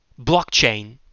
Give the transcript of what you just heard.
blockchain